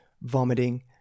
vomiting